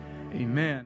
amen